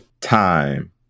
time